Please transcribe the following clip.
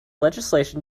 legislation